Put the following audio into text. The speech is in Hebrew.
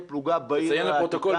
פלוגה בעיר העתיקה --- תציין לפרוטוקול,